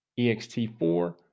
EXT4